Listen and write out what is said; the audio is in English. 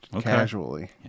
casually